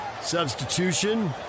Substitution